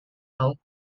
out